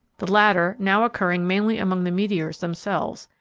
the latter now occurring mainly among the meteors themselves,